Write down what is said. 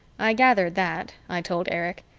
i gathered that, i told erich.